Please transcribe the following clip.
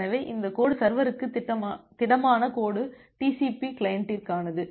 எனவே இந்த கோடு சர்வருக்கும் திடமான கோடு TCP கிளையண்டிற்கானது